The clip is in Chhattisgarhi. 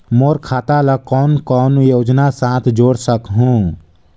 मोर खाता ला कौन कौन योजना साथ जोड़ सकहुं?